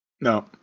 No